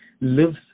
lives